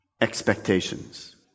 expectations